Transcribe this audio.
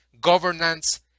Governance